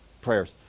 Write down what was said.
Prayers